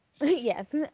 yes